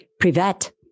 Privet